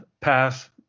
pass